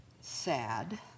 sad